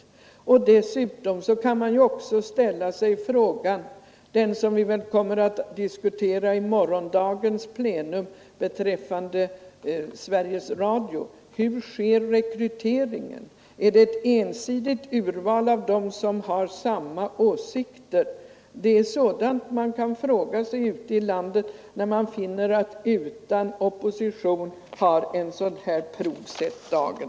Dessutom kan man ju ställa sig frågan beträffande Sveriges Radio — som vi väl kommer att diskutera vid morgondagens plenum — hur rekryteringen dit sker. Är det ett ensidigt urval av dem som har samma åsikter? Det är sådant man ute i landet kan fråga sig när man finner att ett prov som detta utan opposition har sett dagen.